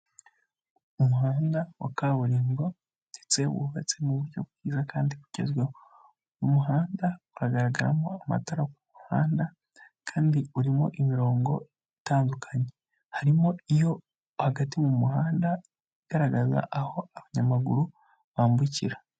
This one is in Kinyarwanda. Umuhanda wa kaburimbo ndetse wubatse mu buryo bwiza kandi bugezweho, umuhanda uragaragaramo amatara ku muhanda kandi urimo imirongo itandukanye, harimo iyo hagati mu muhanda igaragaza aho abanyamaguru bambukira.